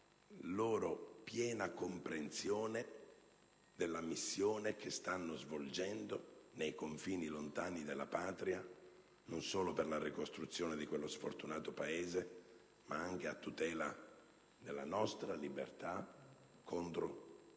loro piena comprensione della missione che stanno svolgendo lontano dai confini della Patria non solo per la ricostruzione di quello sfortunato Paese, ma anche a tutela della nostra libertà contro il